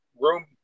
room